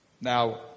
Now